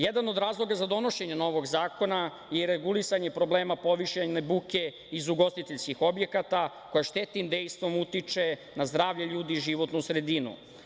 Jedan od razloga za donošenje novog zakona i regulisanje problema povišene buke iz ugostiteljskih objekata koja štetnim dejstvom utiče na zdravlje ljudi i životnu sredinu.